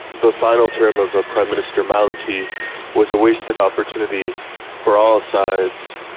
the final term of ah prime minister maliki was a wasted opportunity for all sides.